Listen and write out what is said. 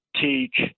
teach